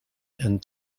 and